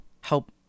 help